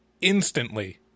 instantly